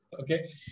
Okay